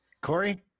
Corey